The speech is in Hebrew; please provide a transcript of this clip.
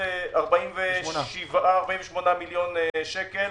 48 מיליון שקל,